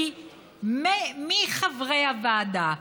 כי מי חברי הוועדה?